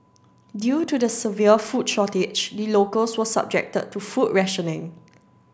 due to the severe food shortage the locals were subjected to food rationing